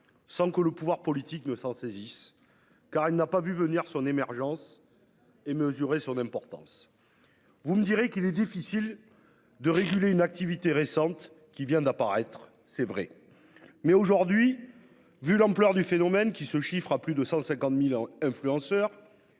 sans que le pouvoir politique ne s'en saisisse car elle n'a pas vu venir son émergence et mesurer son importance. Vous me direz qu'il est difficile. De réguler une activité récente qui vient d'apparaître, c'est vrai. Mais aujourd'hui. Vu l'ampleur du phénomène qui se chiffrent à plus de 150.000 influenceurs.